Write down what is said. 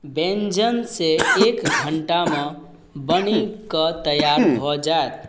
व्यञ्जन से एक घंटामे बनि कऽ तैआर भऽ जाएत